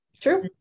True